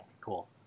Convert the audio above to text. Cool